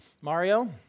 Mario